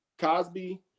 Cosby